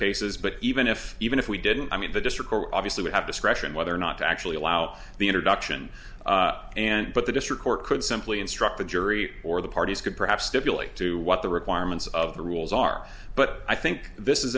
cases but even if even if we didn't i mean the district we're obviously would have discretion whether or not to actually allow the introduction and but the district court could simply instruct the jury or the parties could perhaps stipulate to what the requirements of the rules are but i think this is